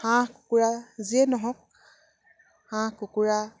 হাঁহ কুকুৰা যিয়ে নহওক হাঁহ কুকুৰা